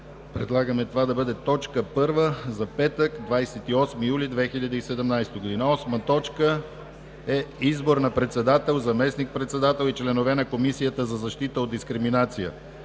Предлагаме това да бъде точка първа за петък, 28 юли 2017 г. 8. Избор на председател, заместник-председател и членове на Комисията за защита от дискриминация.